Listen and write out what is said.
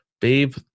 Babe